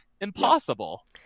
impossible